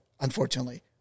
unfortunately